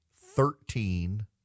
thirteen